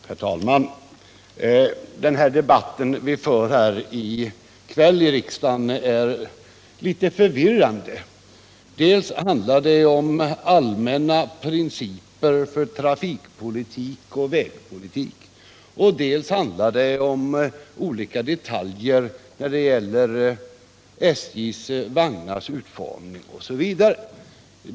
Herr talman! Den debatt som vi för här i kväll är litet förvirrande. Den handlar dels om allmänna principer för trafikpolitik och vägpolitik, dels om olika detaljer när det gäller SJ:s vagnars utformning.